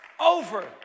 over